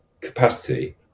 capacity